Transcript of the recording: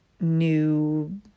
new